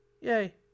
Yay